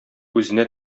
үзенә